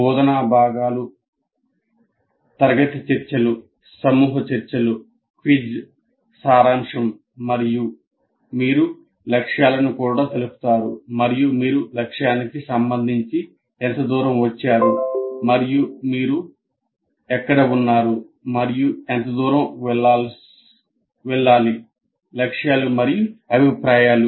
బోధనా భాగాలు తరగతి చర్చలు సమూహ చర్చలు క్విజ్ సారాంశం మరియు లక్ష్యాలు మరియు అభిప్రాయాలు